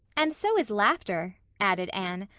and so is laughter, added anne.